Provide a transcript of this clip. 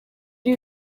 you